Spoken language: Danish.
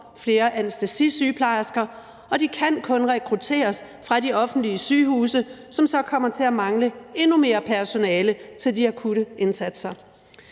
flere anæstesisygeplejersker, og de kan kun rekrutteres fra de offentlige sygehuse, som så kommer til at mangle endnu mere personale til de akutte indsatser.